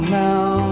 now